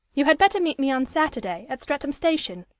you had better meet me on saturday at streatham station,